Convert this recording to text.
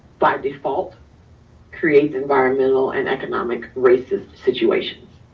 by default creates environmental and economic racist situations.